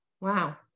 Wow